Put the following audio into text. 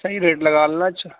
صحیح ریٹ لگا لو نا چھا